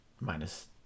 Minus